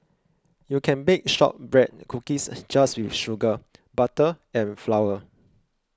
you can bake Shortbread Cookies just with sugar butter and flour